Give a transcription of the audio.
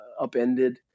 upended